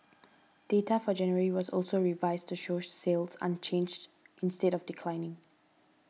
data for January was also revised to show sales unchanged instead of declining